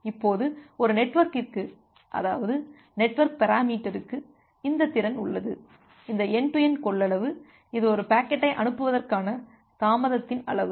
இப்போது ஒரு நெட்வொர்கிற்கு அதாவது நெட்வொர்க் பெராமீட்டருக்கு இந்த திறன் உள்ளது இந்த என்டு டு என்டு கொள்ளளவு இது ஒரு பாக்கெட்டை அனுப்புவதற்கான தாமதத்தின் அளவு